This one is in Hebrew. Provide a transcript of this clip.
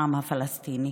העם הפלסטיני,